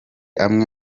amwe